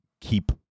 keep